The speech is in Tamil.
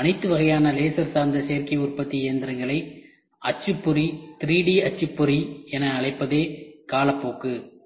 அனைத்து வகையான லேசர் சார்ந்த சேர்க்கை உற்பத்தி இயந்திரங்களை அச்சுப்பொறி 3D அச்சுப்பொறி என அழைப்பதே காலப்போக்கு